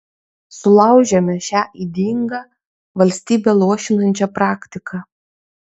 sulaužėme šią ydingą valstybę luošinančią praktiką